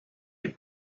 est